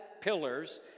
pillars